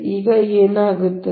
ಈಗ ಏನಾಗುತ್ತದೆ